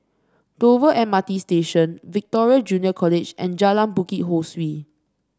Dover M R T Station Victoria Junior College and Jalan Bukit Ho Swee